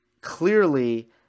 clearly